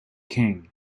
king